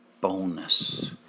bonus